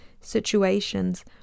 situations